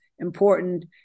important